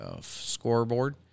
scoreboard